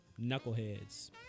knuckleheads